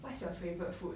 what's your favourite food